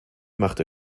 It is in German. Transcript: machte